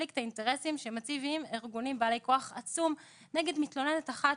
ובקונפליקט האינטרסים שמציבים ארגונים בעלי כוח עצום נגד מתלוננת אחת,